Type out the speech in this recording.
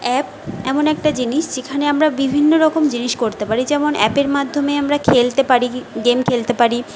app এমন একটা জিনিস যেখানে আমরা বিভিন্ন রকম জিনিস করতে পারি যেমন অ্যাপের মাধ্যমে আমরা খেলতে পারি গেম খেলতে পারি